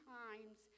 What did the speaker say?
times